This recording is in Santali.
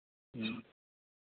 ᱦᱮᱸ